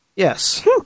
Yes